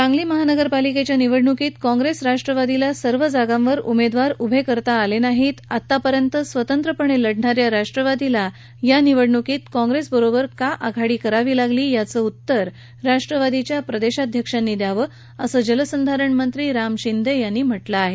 सांगली महापालिकेच्या निवडणुकीत काँग्रेस राष्ट्वादीला सर्व जागांवर उमेदवार उभे करता आले नाहीत आतापर्यंत स्वतंत्र लढणाऱ्या राष्ट्रवादीला या निवडणुकीत काँप्रेससोबत का आघाडी करावी लागली याचं उत्तर राष्ट्रवादीच्या प्रदेशाध्यक्षांनी द्यावं असं जलसंधारण मंत्री राम शिंदे यांनी म्हटलं आहे